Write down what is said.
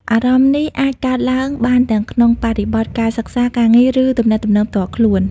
អារម្មណ៍នេះអាចកើតឡើងបានទាំងក្នុងបរិបទការសិក្សា ការងារ ឬទំនាក់ទំនងផ្ទាល់ខ្លួន។